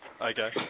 Okay